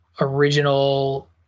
original